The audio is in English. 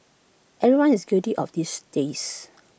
everyone is guilty of these days